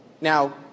Now